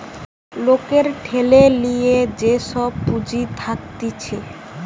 লোকের ঠেলে লিয়ে যে সব পুঁজি থাকতিছে